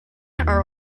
are